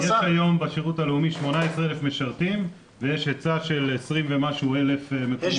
יש היום בשירות הלאומי 18,000 משרתים ויש היצע של 20 ומשהו אלף מקומות.